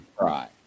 Right